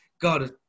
God